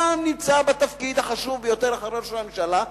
אתה נמצא בתפקיד החשוב ביותר אחרי ראש הממשלה,